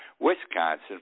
Wisconsin